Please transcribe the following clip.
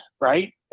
right